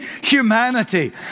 humanity